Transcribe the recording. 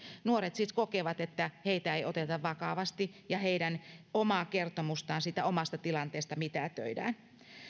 nuoret siis kokevat että heitä ei oteta vakavasti ja heidän omaa kertomustaan siitä omasta tilanteesta mitätöidään